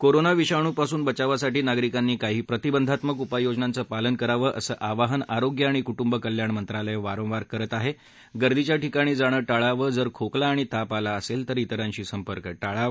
corona विषाणूपासून बचावासाठी नागरिकांनी काही प्रतिबंधात्मक उपाययोजनांचं पालन करावं असं आवाहन आरोग्य आणि कुटुंब कल्याण मंत्रालय वारंवार करत आह ार्दीच्या ठिकाणी जाणं टाळावं जर खोकला आणि ताप असछीतर विरांशी संपर्क टाळावा